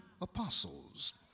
apostles